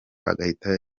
agahita